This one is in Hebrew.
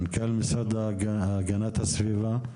מנכ"ל משרד הגנת הסביבה,